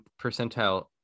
percentile